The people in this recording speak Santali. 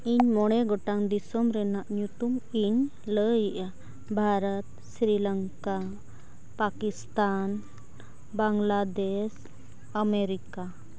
ᱤᱧ ᱢᱚᱬᱮ ᱜᱚᱴᱟᱝ ᱫᱤᱥᱚᱢ ᱨᱮᱱᱟᱜ ᱧᱩᱛᱩᱢ ᱤᱧ ᱞᱟᱹᱭᱮᱜᱼᱟ ᱵᱷᱟᱨᱚᱛ ᱥᱨᱤᱞᱚᱝᱠᱟ ᱯᱟᱠᱤᱥᱛᱟᱱ ᱵᱟᱝᱞᱟᱫᱮᱥ ᱟᱢᱮᱨᱤᱠᱟ